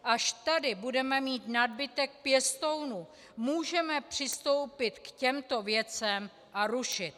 Až tady budeme mít nadbytek pěstounů, můžeme přistoupit k těmto věcem a rušit.